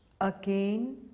Again